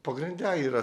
pagrinde yra